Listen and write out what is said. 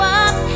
up